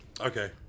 Okay